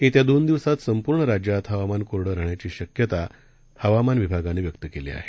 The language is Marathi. येत्यादोनदिवसातसंपूर्णराज्यातहवामानकोरडंराहण्याचीशक्यताहवामानविभागानं व्यक्तकेलीआहे